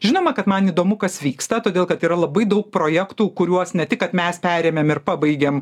žinoma kad man įdomu kas vyksta todėl kad yra labai daug projektų kuriuos ne tik kad mes perėmėm ir pabaigėm